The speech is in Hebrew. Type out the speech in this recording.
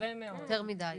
יותר מדי.